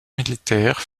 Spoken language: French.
militaire